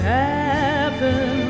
happen